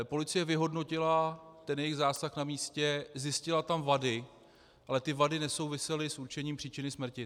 Policie vyhodnotila ten jejich zásah na místě, zjistila tam vady, ale ty vady nesouvisely s určením příčiny smrti.